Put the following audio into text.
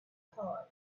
thought